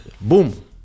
boom